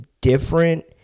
different